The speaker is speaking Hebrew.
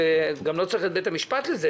לא צריך את בית המשפט לזה,